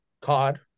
COD